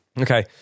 okay